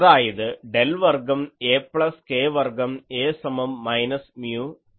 അതായത് ഡെൽ വർഗ്ഗം A plus k വർഗ്ഗം A സമം മൈനസ് മ്യൂ J